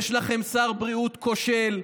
יש לכם שר בריאות כושל.